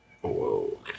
Whoa